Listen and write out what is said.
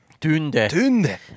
Tunde